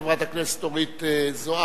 חברת הכנסת אורית זוארץ,